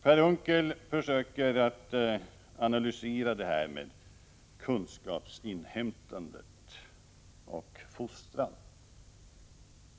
Per Unckel försöker analysera kunskapsinhämtande och fostran.